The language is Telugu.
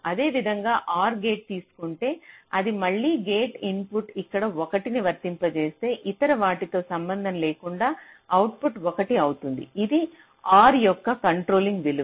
అదేవిధంగా OR గేట్ తీసుకుంటే ఇది మళ్ళీ గేట్ ఇన్పుట్ ఇక్కడ 1 ని వర్తింపజేస్తే ఇతర వాటితో సంబంధం లేకుండా అవుట్పుట్ 1 అవుతుంది ఇది OR ఈ యొక్క కంట్రోలింగ్ విలువ